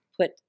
put